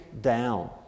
down